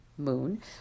Moon